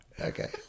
Okay